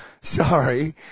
Sorry